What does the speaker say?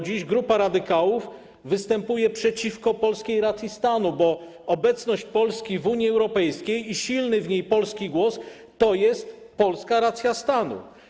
Dziś grupa radykałów występuje przeciwko polskiej racji stanu, bo obecność Polski w Unii Europejskiej i silny polski głos w Unii to polska racja stanu.